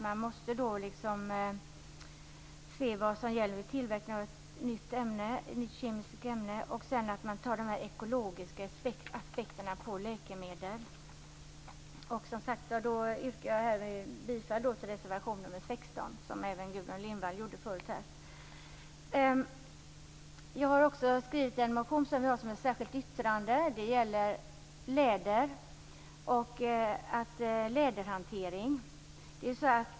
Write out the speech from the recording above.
Man måste vid tillverkningen av ett nytt kemiskt ämne se över vad som gäller och ta hänsyn till ekologiska aspekter i fråga om läkemedel. Jag yrkar bifall till reservation 16, som även Gudrun Lindvall har gjort. Jag har väckt en motion som finns med som ett särskilt yttrande. Den gäller läderhantering.